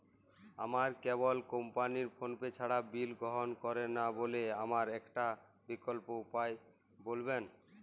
আমার cable company PhonePe ছাড়া bill গ্রহণ করে না বলে আমার একটা বিকল্প উপায় বলবেন?